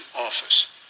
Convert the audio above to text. office